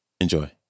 Enjoy